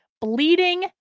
bleeding